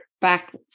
back